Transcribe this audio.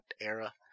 era